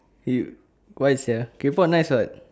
you why sia K-pop nice [what]